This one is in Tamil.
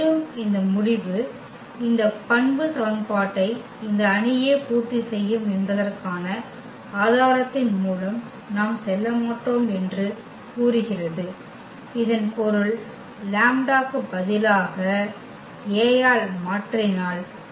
மேலும் இந்த முடிவு இந்த பண்பு சமன்பாட்டை இந்த அணியே பூர்த்தி செய்யும் என்பதற்கான ஆதாரத்தின் மூலம் நாம் செல்ல மாட்டோம் என்று கூறுகிறது இதன் பொருள் λ க்கு பதிலாக A ஆல் மாற்றினால்